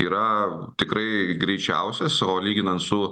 yra tikrai greičiausias o lyginant su